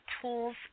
tools